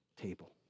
table